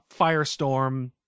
firestorm